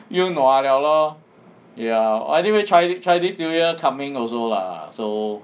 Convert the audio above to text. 又 nua liao lor ya oh anyway chinese chinese new year coming also lah so